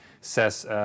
says